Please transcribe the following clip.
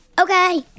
Okay